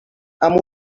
amb